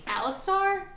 Alistar